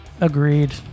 Agreed